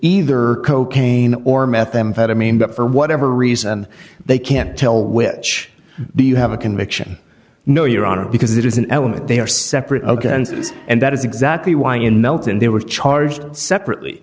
either cocaine or methamphetamine but for whatever reason they can't tell which do you have a conviction no your honor because it is an element they are separate ok and that is exactly why in milton they were charged separately